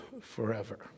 forever